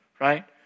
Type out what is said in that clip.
right